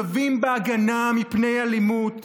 שווים בהגנה מפני אלימות,